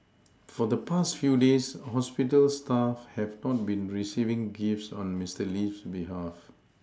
for the past few days hospital staff have not been receiving gifts on Mister Lee's behalf